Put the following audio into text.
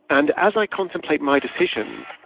and as i contemplate my decision,